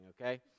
okay